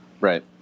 right